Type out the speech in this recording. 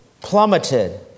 plummeted